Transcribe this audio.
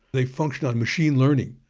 they function on machine learning.